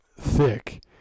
thick